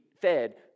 fed